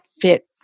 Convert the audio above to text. fit